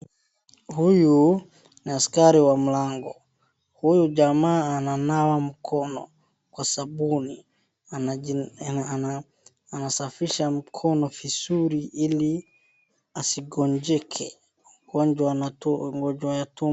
Huyu ni askari wa mlango, huyu jamaa ananawa mkono kwa sabuni. Anasafisha mkono visuri ili asigonjeke ugonjwa ya tumbo.